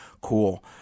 cool